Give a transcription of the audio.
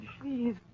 Please